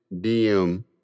DM